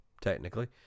technically